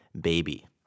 baby